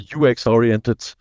UX-oriented